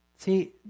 See